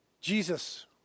Jesus